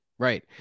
Right